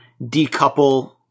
decouple